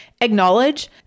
Acknowledge